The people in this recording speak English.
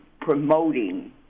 promoting